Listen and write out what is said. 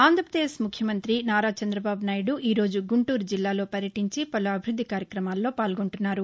ఆంధ్రాపదేశ్ ముఖ్యమంతి చంద్రబాబునాయుడు ఈ రోజు గుంటూరు జిల్లాలో పర్యటించి పలు అభివృద్ది కార్యక్రమాల్లో పాల్గొంటున్నారు